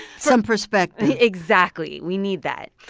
some perspective exactly. we need that.